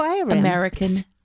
American